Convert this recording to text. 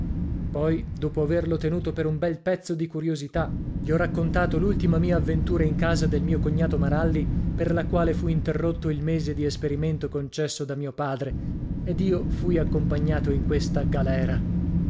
poi dopo averlo tenuto per un bel pezzo di curiosità gli ho raccontato l'ultima mia avventura in casa del mio cognato maralli per la quale fu interrotto il mese di esperimento concesso da mio padre ed io fui accompagnato in questa galera